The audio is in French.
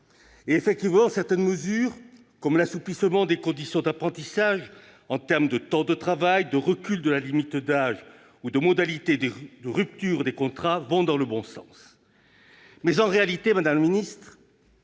Et effectivement, certaines mesures comme l'assouplissement des conditions d'apprentissage en termes de temps de travail, de recul de la limite d'âge, ou de modalités de ruptures des contrats vont dans le bon sens. Mais en réalité, madame la ministre,